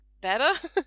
better